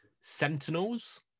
Sentinels